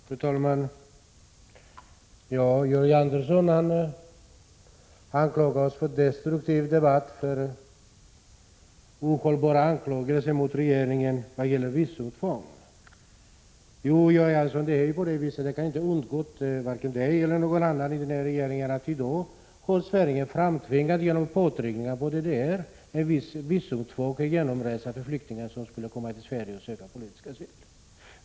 Fru talman! Georg Andersson anklagar oss för att föra en destruktiv debatt och för att komma med ohållbara beskyllningar gentemot regeringen i vad gäller visumtvånget. Det kan inte ha undgått vare sig Georg Andersson eller någon annan i regeringen att Sverige i dag genom påtryckningar på DDR har framtvingat ett visst visumtvång för genomresande flyktingar, som skulle kunna komma till Sverige och söka politisk asyl.